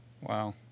Wow